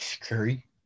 Curry